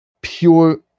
pure